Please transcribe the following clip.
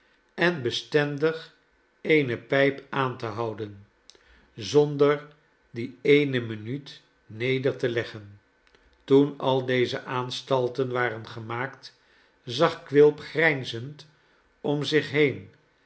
en bestendig eene pijp aan te houden zonder die eene minuut neder te leggen toen al deze aanstalten waren gemaakt zag quilp grijnzend om zich heen